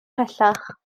pellach